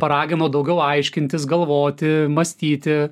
paragino daugiau aiškintis galvoti mąstyti